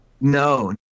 No